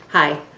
hi,